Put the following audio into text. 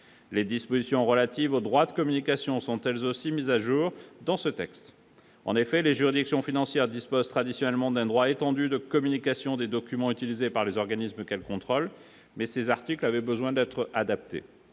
Les dispositions relatives au droit de communication sont elles aussi mises à jour dans ce texte. En effet, les juridictions financières disposent traditionnellement d'un droit étendu de communication des documents utilisés par les organismes qu'elles contrôlent, mais ces articles avaient besoin d'être adaptés.